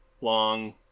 long